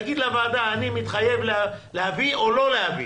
תגיד לוועדה, אני מתחייב להביא או לא להביא.